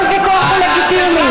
כל ויכוח הוא לגיטימי.